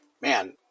man